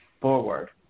forward